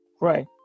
Right